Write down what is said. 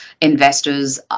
investors